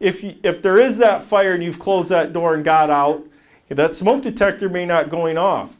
if you if there is that fire and you close that door and got out if that smoke detector may not going off